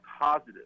positive